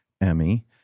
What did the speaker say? Emmy